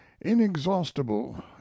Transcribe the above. inexhaustible